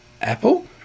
Apple